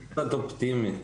--- אופטימי.